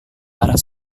arah